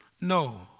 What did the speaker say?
No